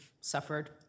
suffered